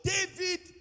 David